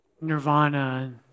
nirvana